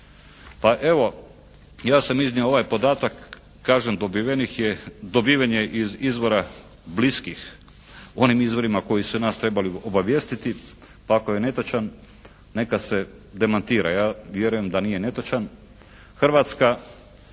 Pa evo, ja sam iznio ovaj podatak. Kažem, dobiven je iz izvora bliskih onim izvorima koji su nas trebali obavijestiti pa ako je netočan neka se demantira. Ja vjerujem da nije netočan. Hrvatska